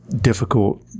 difficult